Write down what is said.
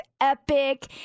epic